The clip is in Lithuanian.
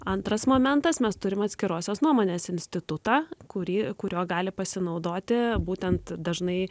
antras momentas mes turim atskirosios nuomonės institutą kurį kurio gali pasinaudoti būtent dažnai